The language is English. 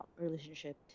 relationship